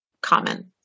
common